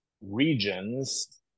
regions